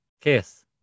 Kiss